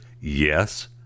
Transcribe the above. Yes